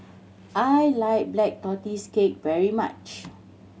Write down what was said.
I like Black Tortoise Cake very much